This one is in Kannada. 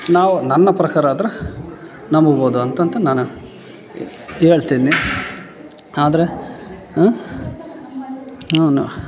ನಾವು ನನ್ನ ಪ್ರಕಾರ ಆದ್ರ ನಂಬಬೋದು ಅಂತಂತ ನಾನು ಹೇಳ್ತೀನಿ ಆದರೆ ನೋ ನೋ